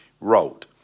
wrote